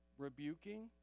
rebuking